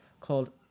called